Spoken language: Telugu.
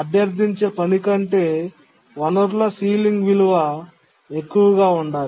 అభ్యర్థించే పని కంటే వనరుల పైకప్పు విలువ ఎక్కువగా ఉండాలి